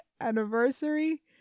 anniversary